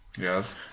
Yes